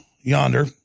yonder